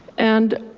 and